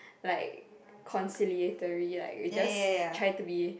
like conciliatory it just try to be